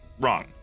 Wrong